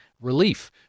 relief